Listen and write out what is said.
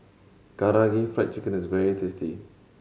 Karaage Fried Chicken is very tasty